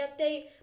update